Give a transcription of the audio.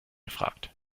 gefragt